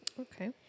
Okay